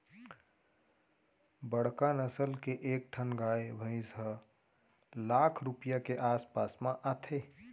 बड़का नसल के एक ठन गाय भईंस ह लाख रूपया के आस पास म आथे